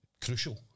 crucial